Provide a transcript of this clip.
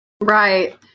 Right